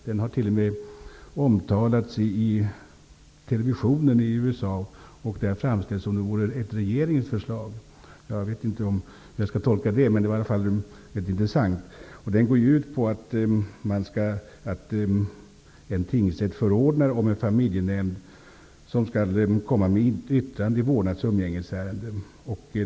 Den har t.o.m. omtalats i televisionen i USA och där framställts som om detta vore regeringens förslag. Jag vet inte hur jag skall tolka det, men det var i alla fall intressant. Motionen går ut på att en tingsrätt förordnar om en familjenämnd som skall komma med ett yttrande i vårdnads och umgängesärenden.